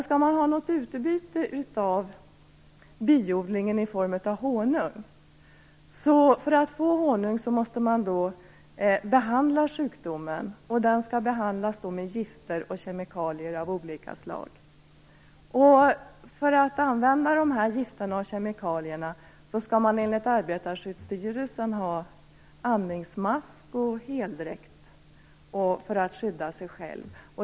Skall man ha något utbyte av biodlingen i form av honung, måste man behandla sjukdomen. Den skall behandlas med gifter och kemikalier av olika slag. När man använder de här gifterna och kemikalierna skall man enligt Arbetarskyddsstyrelsen ha andningsmask och heldräkt för att skydda sig själv.